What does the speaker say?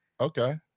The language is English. Okay